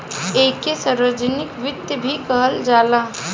ऐइके सार्वजनिक वित्त भी कहल जाला